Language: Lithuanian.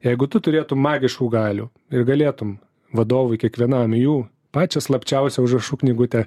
jeigu tu turėtum magiškų galių ir galėtum vadovui kiekvienam į jų pačią slapčiausią užrašų knygutę